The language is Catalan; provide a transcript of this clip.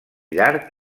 llarg